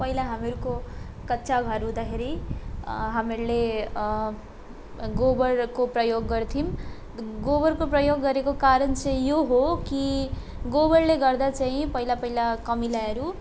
पहिला हामीहरूको कच्चा घर हुँदाखेरि हामीहरूले गोबरको प्रयोग गर्थ्यौँ गोबरको प्रयोग गरेको कारण चाहिँ यो हो कि गोबरले गर्दा चाहिँ पहिला पहिला कमिलाहरू